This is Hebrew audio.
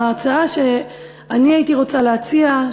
ההצעה שאני הייתי רוצה להציע,